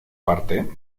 parte